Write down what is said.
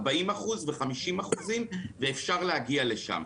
40% ו-50%, ואפשר להגיע לשם.